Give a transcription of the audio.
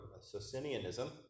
Socinianism